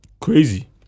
Crazy